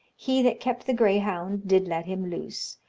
he that kept the grayhounde did let him lose,